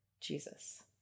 Jesus